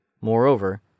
Moreover